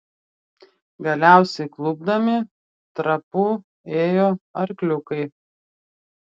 galiausiai klupdami trapu ėjo arkliukai